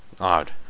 Odd